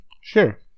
Sure